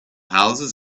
houses